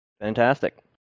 Fantastic